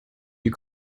you